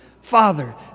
Father